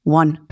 one